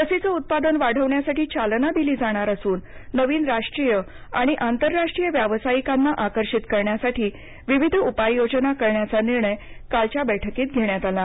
लसींचं उत्पादन वाढवण्यासाठी चालना दिली जाणार असून नवीन राष्ट्रीय आणि आंतरराष्ट्रीय व्यावसायिकांना आकर्षित करण्यासाठी विविध उपाययोजन करण्याचा निर्णय कालच्या बैठकीत घेण्यात आला